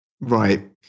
Right